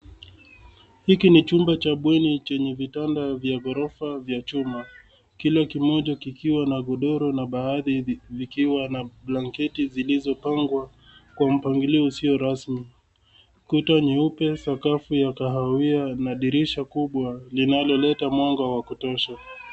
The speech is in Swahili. Hiki ni chumba cha bweni chenye vitanda vya ghorofa vya chuma. Kila kimoja kikiwa na godoro na baadhi zikiwa na blanketi zilizopangwa kwa mpangilio usio rasmi. Kuta nyeupe , sakafu ya kahawia, na dirisha kubwa linaloleta mwanga wa kutosha.